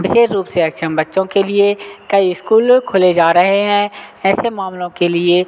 विशेष रूप से अक्षम बच्चों के लिए कई इस्कूल खोले जा रहे हैं ऐसे मामलों के लिए